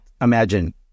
imagine